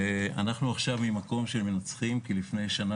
אנחנו עכשיו במקום של מנצחים כי לפני שנה